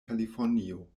kalifornio